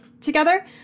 together